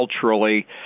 culturally